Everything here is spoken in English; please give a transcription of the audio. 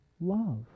love